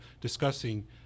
discussing